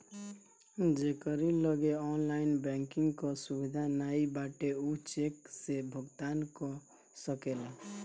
जेकरी लगे online banking कअ सुविधा नाइ बाटे उ चेक से भुगतान कअ सकेला